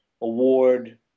award